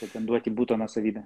pretenduot į buto nuosavybę